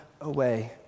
away